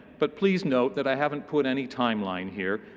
but please note that i haven't put any timeline here.